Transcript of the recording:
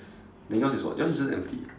then yours is what yours is just empty